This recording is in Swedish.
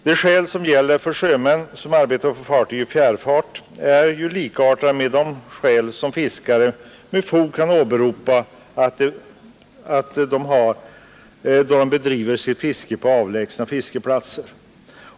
De skäl som gäller för sjömän som arbetar på fartyg i fjärrfart är likartade med de skäl som fiskare med fog kan åberopa då de bedriver sitt fiske på avlägsna fiskeplatser.